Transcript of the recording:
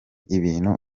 ibintu